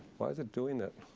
why is it doing that?